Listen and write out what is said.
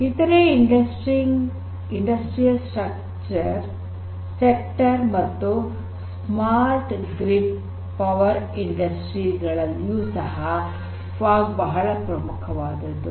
ಇತರೆ industrial sector ಮತ್ತು smart grid power industry ಗಳಲ್ಲಿಯೂ ಸಹ ಫಾಗ್ ಬಹಳ ಪ್ರಮುಖವಾದದ್ದು